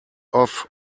off